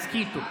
הסכיתו.